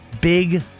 Big